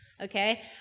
Okay